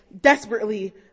desperately